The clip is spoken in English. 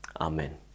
Amen